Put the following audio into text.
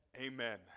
Amen